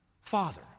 Father